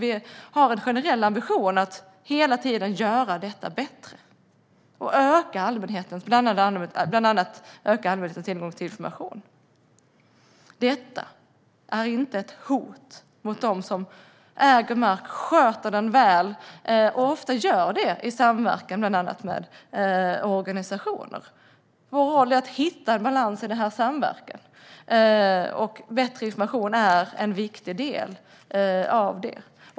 Vi har en generell ambition att hela tiden göra detta bättre och bland annat öka allmänhetens tillgång till information. Detta är inte ett hot mot dem som äger mark, sköter den väl och ofta gör det i samverkan bland annat med organisationer. Vår roll är att hitta en balans i denna samverkan. Bättre information är en viktig del av det.